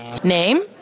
Name